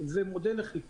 מודל לחיקוי.